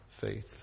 faith